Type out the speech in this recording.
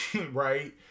right